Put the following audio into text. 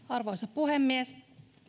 arvoisa puhemies